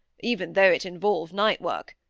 even though it involve night-work.